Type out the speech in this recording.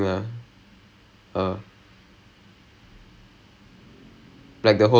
mm and and if it was one person I wouldn't really care about it it was err